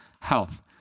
health